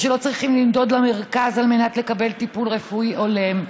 ושלא צריכים לנדוד למרכז על מנת לקבל טיפול רפואי הולם.